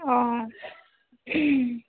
অঁ